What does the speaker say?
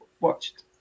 watched